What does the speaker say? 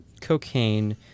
cocaine